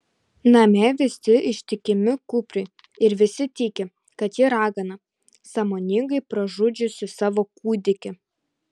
namie visi ištikimi kupriui ir visi tiki kad ji ragana sąmoningai pražudžiusi savo kūdikį